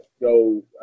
go